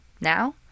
Now